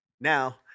Now